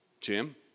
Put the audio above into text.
Jim